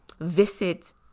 visit